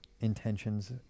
intentions